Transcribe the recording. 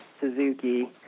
Suzuki